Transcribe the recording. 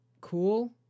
cool